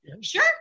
Sure